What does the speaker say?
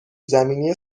زمینی